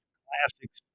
classics